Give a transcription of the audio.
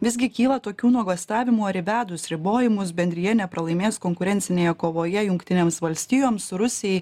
visgi kyla tokių nuogąstavimų ar įvedus ribojimus bendrija nepralaimės konkurencinėje kovoje jungtinėms valstijoms rusijai